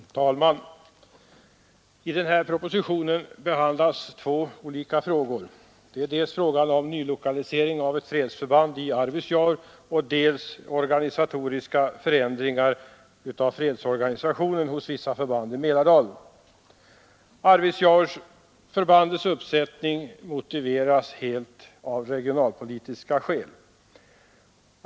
Herr talman! I propositionen 135 behandlas två olika frågor, dels frågan om nylokalisering av ett fredsförband till Arvidsjaur, dels organisatoriska förändringar av fredsorganisationen hos vissa förband i Mälardalen. Arvidsjaurförbandets uppsättning motiveras helt av regionalpolitiska skäl.